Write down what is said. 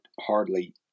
hardly